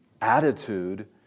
attitude